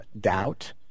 doubt